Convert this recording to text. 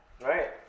Right